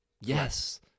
yes